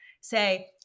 say